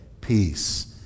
peace